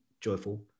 joyful